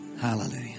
Hallelujah